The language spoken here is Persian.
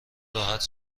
راحت